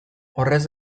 horrez